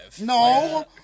No